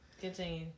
Continue